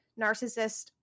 narcissist